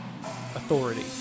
authority